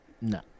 No